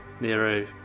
Nero